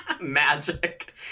Magic